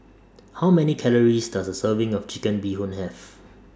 How Many Calories Does A Serving of Chicken Bee Hoon Have